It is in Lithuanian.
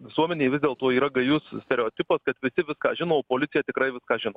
visuomenėj vis dėlto yra gajus stereotipas kad visi viską žino policija tikrai viską žino